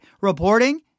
reporting